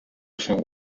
się